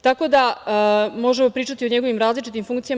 Tako da možemo pričati o njegovim različitim funkcijama.